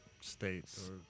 states